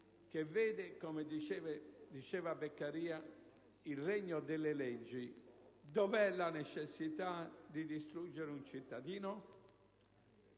che vede, come diceva Beccaria, il regno delle leggi, dov'è la necessità di distruggere un cittadino?